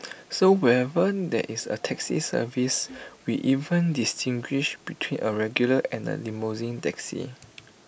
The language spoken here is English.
so where when that is A taxi service we even distinguish between A regular and A limousine taxi